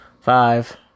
five